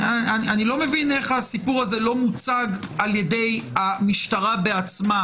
אני לא מבין איך הסיפור הזה לא מוצג על ידי המשטרה בעצמה